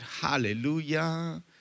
hallelujah